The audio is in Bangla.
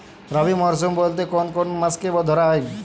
রবি মরশুম বলতে কোন কোন মাসকে ধরা হয়?